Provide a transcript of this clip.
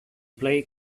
play